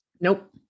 Nope